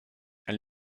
elle